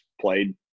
played